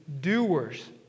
doers